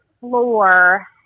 floor